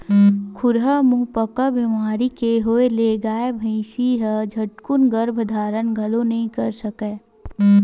खुरहा मुहंपका बेमारी के होय ले गाय, भइसी ह झटकून गरभ धारन घलोक नइ कर सकय